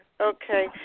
Okay